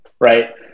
right